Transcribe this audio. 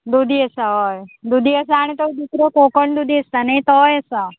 दुदी आसा हय दुदी आसा आनी तो दुसरो कोकण दुदी आसता न्ही तोय आसा